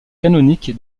canonique